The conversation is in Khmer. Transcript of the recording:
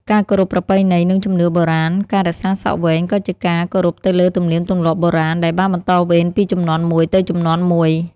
ការគោរពប្រពៃណី និងជំនឿបុរាណ ការរក្សាសក់វែងក៏ជាការ គោរពទៅលើទំនៀមទម្លាប់បុរាណ ដែលបានបន្តវេនពីជំនាន់មួយទៅជំនាន់មួយ។